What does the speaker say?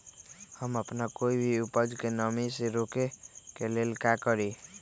हम अपना कोई भी उपज के नमी से रोके के ले का करी?